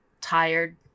tired